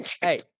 Hey